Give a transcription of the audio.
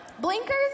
Blinkers